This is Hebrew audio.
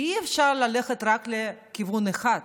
כי אי-אפשר ללכת רק לכיוון אחד,